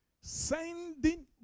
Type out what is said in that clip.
Sending